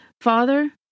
Father